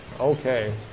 Okay